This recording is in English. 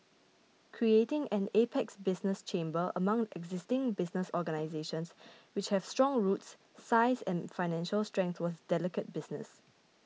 creating an apex business chamber among existing business organisations which have strong roots size and financial strength was delicate business